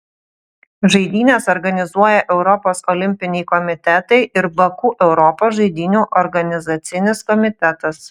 žaidynes organizuoja europos olimpiniai komitetai ir baku europos žaidynių organizacinis komitetas